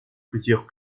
plusieurs